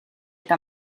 eta